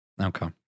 Okay